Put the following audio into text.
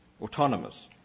autonomous